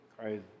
Crazy